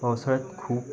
पावसाळ्यात खूप